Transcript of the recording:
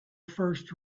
first